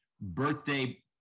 birthday